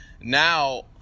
Now